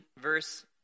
verse